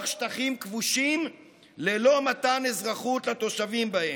שטחים כבושים ללא מתן אזרחות לתושבים בהם.